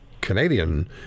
Canadian